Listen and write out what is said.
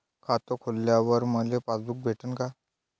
खातं खोलल्यावर मले पासबुक भेटन का?